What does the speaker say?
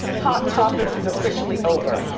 hot topics is officially over.